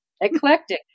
eclectic